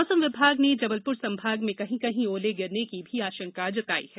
मौसम विभाग ने जबलपुर संभाग में कहीं कहीं ओले गिरने की भी आशंका दर्ज कराई है